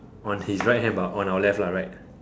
on his right hand but our left lah right